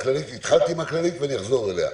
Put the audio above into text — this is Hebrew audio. התחלתי עם ההערה הכללית ואני אחזור אליה.